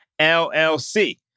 LLC